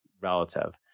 relative